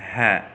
হ্যাঁ